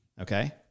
Okay